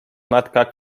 matka